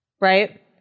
Right